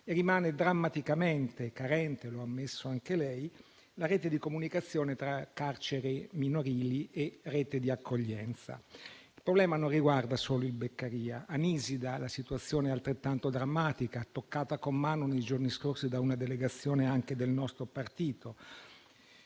Rimane drammaticamente carente - lo ha ammesso anche lei - la comunicazione tra carceri minorili e rete di accoglienza. Il problema non riguarda solo il Beccaria; a Nisida la situazione è altrettanto drammatica, toccata con mano nei giorni scorsi da una delegazione, anche del nostro partito.